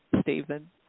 Stephen